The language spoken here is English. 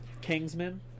Kingsman